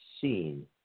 seen